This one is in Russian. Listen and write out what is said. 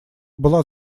была